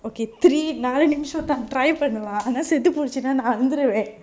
okay three நாலு நிமிசோதா:naalu nimisotha try பன்னலா ஆனா செத்து போச்சினா நா அழுதுருவ:pannala aana sethu pochina na aluthuruva